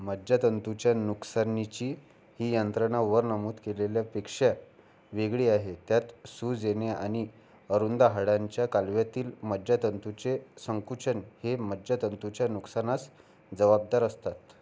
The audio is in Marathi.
मज्जातंतूच्या नुकसानीची ही यंत्रणा वर नमूद केलेल्यापेक्षा वेगळी आहे त्यात सूज येणे आणि अरुंद हाडांच्या कालव्यातील मज्जातंतूचे संकुचन हे मज्जातंतूच्या नुकसानास जवाबदार असतात